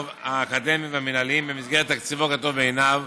האקדמיים והמינהליים במסגרת תקציבו כטוב בעיניו.